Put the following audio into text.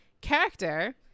character